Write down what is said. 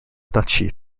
duchy